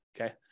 Okay